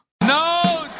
No